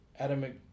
Adam